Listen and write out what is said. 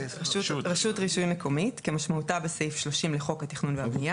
"רשות רישוי מקומית" כמשמעותה בסעיף 30 לחוק התכנון והבנייה,